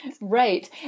Right